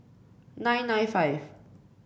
nine nine five